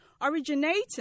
originating